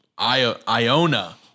Iona